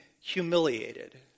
humiliated